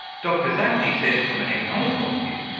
dr zacny says from an economic point of view,